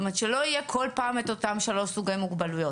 זאת אומרת שלא יהיה כל פעם את אותם שלושה סוגי מוגבלויות.